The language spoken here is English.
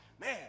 man